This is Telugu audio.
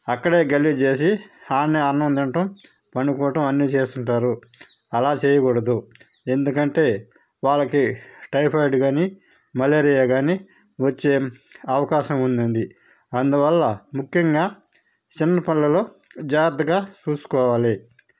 అక్కడే గలీజ్ చేసి అక్కడే అన్నం తినడం పడుకోవడం అన్నీ చేస్తూ ఉంటారు అలా చేయకూడదు ఎందుకు అంటే వాళ్ళకి టైఫాయిడ్ కానీ మలేరియా కానీ వచ్చే అవకాశం ఉంటుంది అందువల్ల ముఖ్యంగా చిన్న పిల్లలు జాగ్రత్తగా చూసుకోవాలి